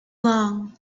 long